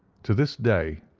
to this day,